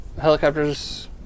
helicopters